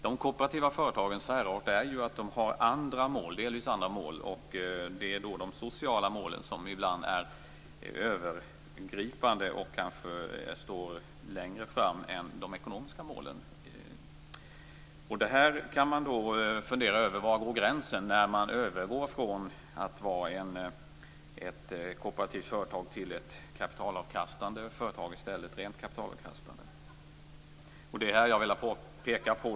De kooperativa företagens särart är att de har delvis andra mål, nämligen de sociala målen, som ibland är övergripande och kanske viktigare än de ekonomiska. Man kan fundera över var gränsen går, när ett kooperativt företag övergår i ett rent kapitalavkastande företag.